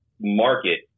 market